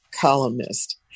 columnist